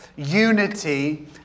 unity